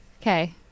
Okay